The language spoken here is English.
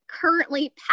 currently